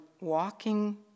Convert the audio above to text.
walking